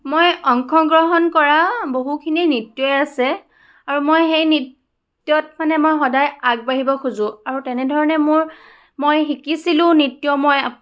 মই অংশগ্ৰহণ কৰা বহুখিনি নৃত্যই আছে আৰু মই সেই নৃত্যত মানে মই সদায় আগবাঢ়িব খোজোঁ আৰু তেনেধৰণে মোৰ মই শিকিছিলোঁ নৃত্য মই